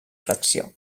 fracció